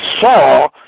saw